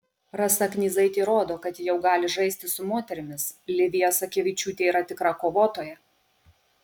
rasa knyzaitė rodo kad ji jau gali žaisti su moterimis livija sakevičiūtė yra tikra kovotoja